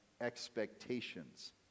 expectations